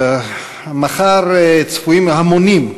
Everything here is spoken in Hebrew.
מחר צפויים המונים,